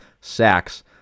sacks